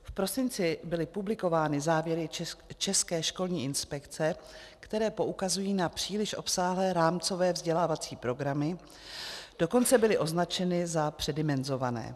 V prosinci byly publikovány závěry České školní inspekce, které poukazují na příliš obsáhlé rámcové vzdělávací programy, dokonce byly označeny za předimenzované.